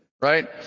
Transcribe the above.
right